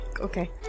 Okay